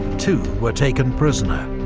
two were taken prisoner,